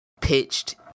pitched